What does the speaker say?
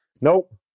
nope